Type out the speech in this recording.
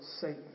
Satan